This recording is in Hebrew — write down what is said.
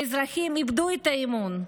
האזרחים איבדו את האמון.